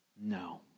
No